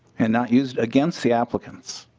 and not used against the applicants